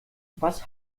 was